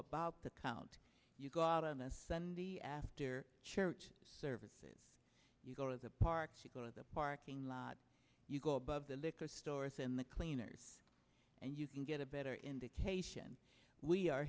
about the count you go out on a sunday after church services you go to the park to go to the parking lot you go above the liquor stores and the cleaners and you can get a better indication we are